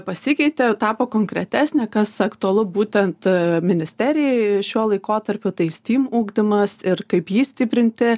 pasikeitė tapo konkretesnė kas aktualu būtent ministerijoje šiuo laikotarpiu tai stym ugdymas ir kaip jį stiprinti